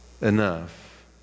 enough